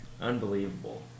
Unbelievable